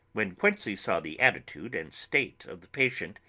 when quincey saw the attitude and state of the patient,